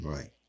Right